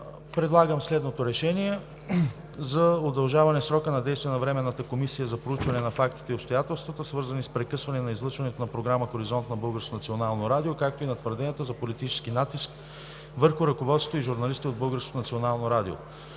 Предлагам „Проект! РЕШЕНИЕ за удължаване срока на действие на Временната комисия за проучване на фактите и обстоятелствата, свързани с прекъсване на излъчването на програма „Хоризонт“ на Българското национално радио, както и на твърденията за политически натиск върху ръководството и журналисти от